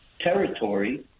territory